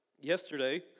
Yesterday